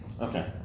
Okay